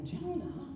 Jonah